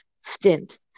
stint